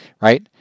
right